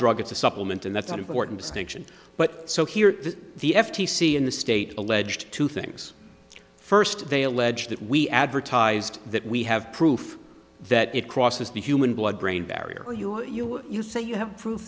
drug it's a supplement and that's an important distinction but so here is the f t c in the state alleged two things first they allege that we advertised that we have proof that it crosses the human blood brain barrier or you you you say you have proof